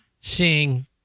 sing